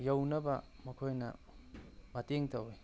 ꯌꯧꯅꯕ ꯃꯈꯣꯏꯅ ꯃꯇꯦꯡ ꯇꯧꯋꯤ